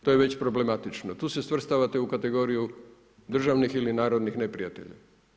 To je već problematično, tu se svrstavate u kategoriju državnih ili narodnih neprijatelja.